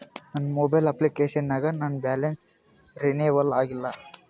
ನನ್ನ mobile application ನಾಗ ನನ್ ಬ್ಯಾಲೆನ್ಸ್ ರೀನೇವಲ್ ಆಗಿಲ್ಲ